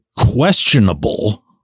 questionable